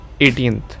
18th